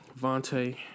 Vontae